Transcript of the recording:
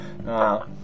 Wow